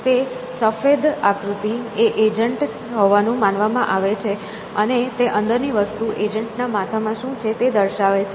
તે સફેદ આકૃતિ એ એજન્ટ હોવાનું માનવામાં આવે છે અને તે અંદરની વસ્તુ એજન્ટ ના માથામાં શું છે તે દર્શાવે છે